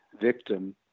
victim